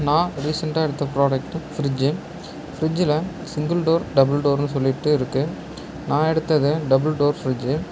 நான் ரீசென்ட்டாக எடுத்த ப்ராடக்ட்டு ஃப்ரிட்ஜ்ஜூ ஃப்ரிட்ஜ்ல சிங்குள் டோர் டபுள் டோர்னு சொல்லிட்டு இருக்குது நான் எடுத்தது டபுள் டோர் ஃபிரிட்ஜு